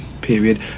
period